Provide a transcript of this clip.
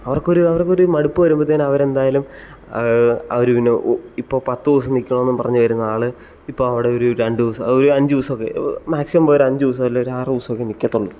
അവർക്കൊരു അവർക്കൊരു മടുപ്പ് വരുമ്പത്തേനും അവരെന്തായാലും അവർ പിന്നെ ഇപ്പം പത്ത് ദിവസം നിൽക്കണമെന്നും പറഞ്ഞ് വരുന്ന ആൾ ഇപ്പം അവിടെ ഒരു രണ്ട് ദിവസം അഞ്ച് ദിവാശമൊക്കെ മാക്സിമം പോയാൽ ഒരഞ്ച് ദിവസം അല്ലെങ്കിൽ ഒരാറ് ദിവസമൊക്കെ നിൽക്കത്തുള്ളൂ